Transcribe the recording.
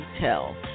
Tell